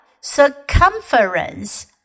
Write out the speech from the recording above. circumference